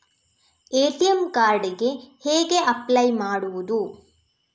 ATM card ಗೆ ಹೇಗೆ apply ಮಾಡುವುದು?